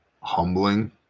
humbling